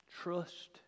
trust